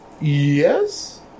Yes